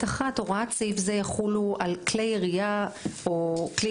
"(ב1) הוראות סעיף זה יחולו על כלי ירייה או כלי